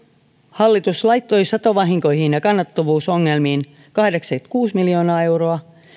hallitus laittoi satovahinkoihin ja kannattavuusongelmiin kahdeksankymmentäkuusi miljoonaa euroa